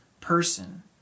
person